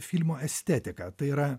filmo estetika tai yra